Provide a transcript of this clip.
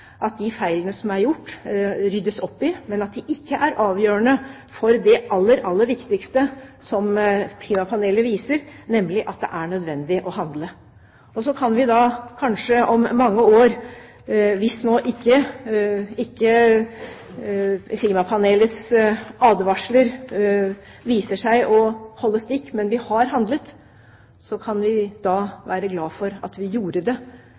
at de feilene som er gjort, ryddes det opp i, men de er ikke avgjørende for det aller, aller viktigste som klimapanelet viser, nemlig at det er nødvendig å handle. Og så kan vi da kanskje om mange år – hvis ikke klimapanelets advarsler viser seg å holde stikk, men vi har handlet – være glade for at vi gjorde det